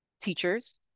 teachers